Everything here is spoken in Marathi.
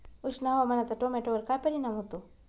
उष्ण हवामानाचा टोमॅटोवर काय परिणाम होतो?